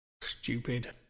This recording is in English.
Stupid